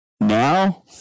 Now